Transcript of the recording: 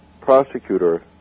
prosecutor